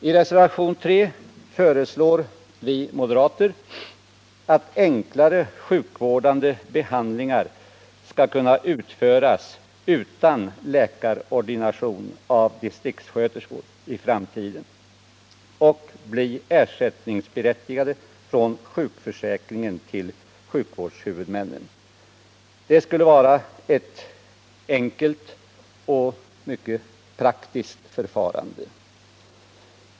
I reservationen 3 föreslår vi moderater att enklare sjukvårdande behandlingar i framtiden skall kunna utföras utan läkarordination av distriktssköterskor och bli ersättningsberättigade från sjukförsäkringen till sjukvårdshuvudmännen. Det skulle vara ett enkelt och mycket praktiskt förfarande.